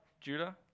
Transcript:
Judah